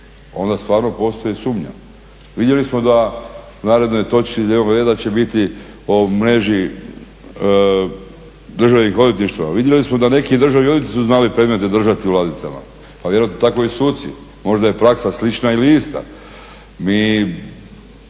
onda stvarno postoji sumnja. Vidjeli smo da u narednoj točci dnevnog reda će biti o mreži državnih odvjetništva, vidjeli smo da neki državni odvjetnici su znali predmete držati u ladicama pa vjerojatno tako i suci, možda je praksa slična ili ista,